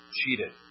cheated